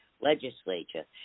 legislature